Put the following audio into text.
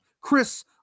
Chris